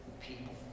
people